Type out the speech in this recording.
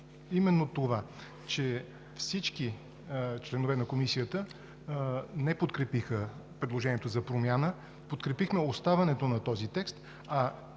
именно това, че всички членове на Комисията не подкрепиха предложението за промяна. Подкрепихме оставането на този текст.